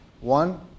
One